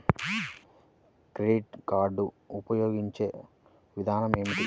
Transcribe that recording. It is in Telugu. క్రెడిట్ కార్డు ఉపయోగించే విధానం ఏమి?